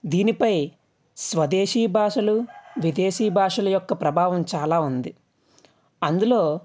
దీనిపై స్వదేశీ భాషలు విదేశీ భాషలు యొక్క ప్రభావం చాలా ఉంది అందులో